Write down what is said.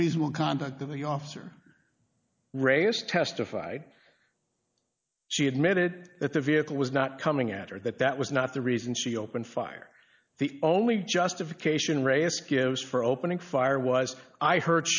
reasonable conduct of the officer raise testified she admitted that the vehicle was not coming out or that that was not the reason she opened fire the only justification re ask gives for opening fire was i heard